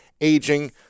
aging